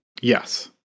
yes